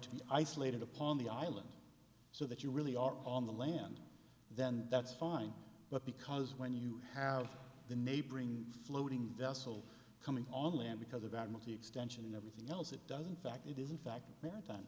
to be isolated upon the island so that you really are on the land then that's fine but because when you have the neighboring floating vessel coming on land because of that move the extension and everything else it doesn't fact it is in fact th